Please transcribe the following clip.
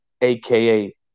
AKA